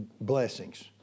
blessings